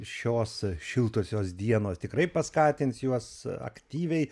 šios šiltosios dienos tikrai paskatins juos aktyviai